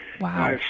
Wow